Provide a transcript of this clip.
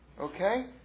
Okay